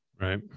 Right